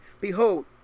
behold